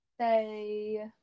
say